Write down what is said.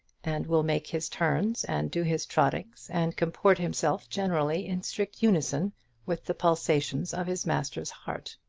and will make his turns, and do his trottings, and comport himself generally in strict unison with the pulsations of his master's heart.